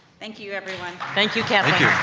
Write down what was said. thank you, everyone. thank you, kathleen.